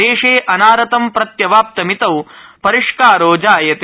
देशे अनारतं प्रत्यवाप्तमितौ परिष्कारो जाजायते